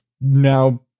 now